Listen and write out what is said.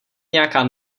nějaká